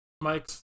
Mike's